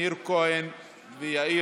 לא נתקבלה.